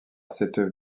cette